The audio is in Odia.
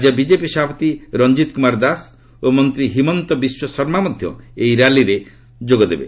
ରାଜ୍ୟ ବିଜେପି ସଭାପତି ରଞ୍ଜିତ କୁମାର ଦାସ ଓ ମନ୍ତ୍ରୀ ହିମନ୍ତ ବିଶ୍ୱଶର୍ମା ମଧ୍ୟ ଏହି ର୍ୟାଲିରେ ଯୋଗଦେବେ